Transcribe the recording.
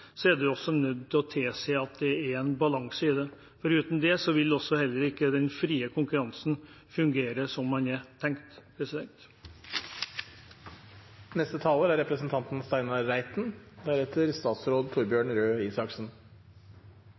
er man også nødt til å se til at det er en balanse i det. Uten det vil heller ikke den frie konkurransen fungere som man har tenkt.